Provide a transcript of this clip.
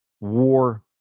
war